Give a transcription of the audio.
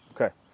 Okay